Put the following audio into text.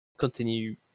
continue